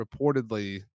reportedly